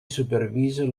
supervisa